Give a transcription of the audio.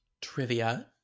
trivia